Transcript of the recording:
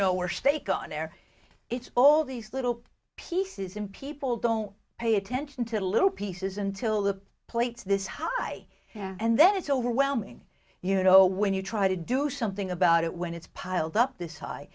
know or steak on there it's all these little pieces in people don't pay attention to little pieces until the plates this high and then it's overwhelming you know when you try to do something about it when it's piled up this high